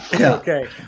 Okay